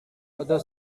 other